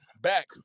back